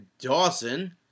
Dawson